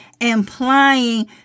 implying